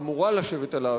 אמורה לשבת עליו,